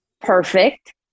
perfect